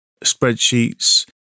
spreadsheets